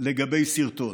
לגבי סרטון.